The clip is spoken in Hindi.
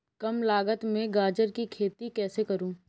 कम लागत में गाजर की खेती कैसे करूँ?